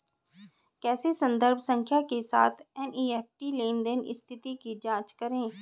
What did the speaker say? कैसे संदर्भ संख्या के साथ एन.ई.एफ.टी लेनदेन स्थिति की जांच करें?